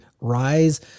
rise